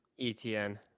ETN